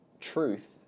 truth